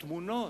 לתמונות,